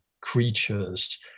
creatures